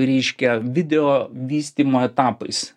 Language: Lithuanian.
reiškia video vystymo etapais